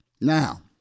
Now